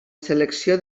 selecció